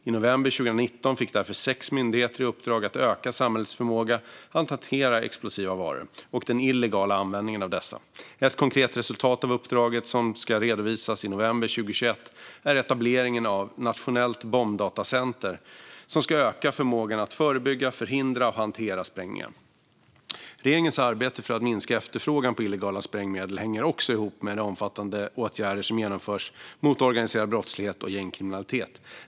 I november 2019 fick därför sex myndigheter i uppdrag att öka samhällets förmåga att hantera explosiva varor och den illegala användningen av dessa. Ett konkret resultat av uppdraget, som ska redovisas i november 2021, är etableringen av ett nationellt bombdatacenter som ska öka förmågan att förebygga, förhindra och hantera sprängningar. Regeringens arbete för att minska efterfrågan på illegala sprängmedel hänger också ihop med de omfattande åtgärder som genomförs mot organiserad brottslighet och gängkriminalitet.